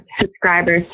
subscribers